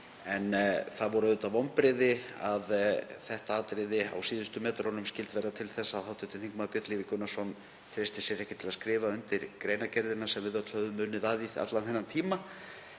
En það voru auðvitað vonbrigði að þetta atriði á síðustu metrunum skyldi verða til þess að hv. þm. Björn Leví Gunnarsson treysti sér ekki til að skrifa undir greinargerðina sem við öll höfum unnið að í allan þennan tíma.